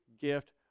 gift